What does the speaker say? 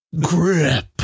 Grip